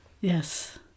Yes